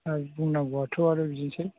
दा बुंनांगौआथ' आरो बिदिनोसै